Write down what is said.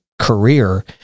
career